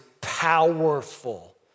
powerful